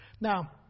Now